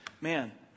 man